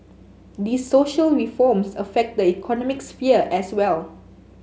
these social reforms affect the economic sphere as well